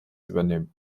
übernehmen